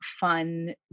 fun